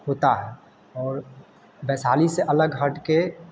होता है और वैशाली से अलग हटकर